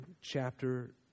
chapter